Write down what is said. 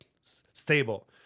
stable